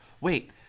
wait